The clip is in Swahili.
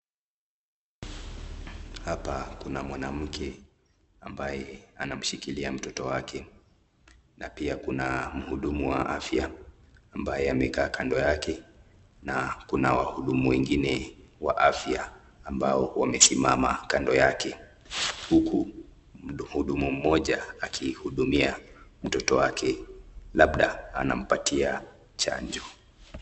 Hapa kuna mwanamke ambaye anamshikilia mtoto wake na pia kuna mhudumu wa afya ambaye amekaa kando yake na kuna wahudumu wengine wa afya ambao wamesimama kando yake huku mhudumu mmoja akihudumia mtoto wake labda anampatia chanjo.